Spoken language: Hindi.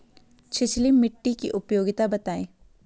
छिछली मिट्टी की उपयोगिता बतायें?